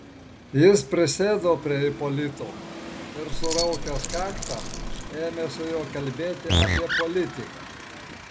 jis prisėdo prie ipolito ir suraukęs kaktą ėmė su juo kalbėti apie politiką